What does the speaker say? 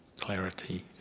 clarity